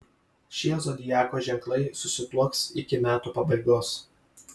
šie zodiako ženklai susituoks iki metų pabaigos